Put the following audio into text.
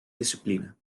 discipline